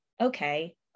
okay